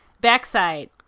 backside